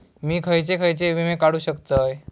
मी खयचे खयचे विमे काढू शकतय?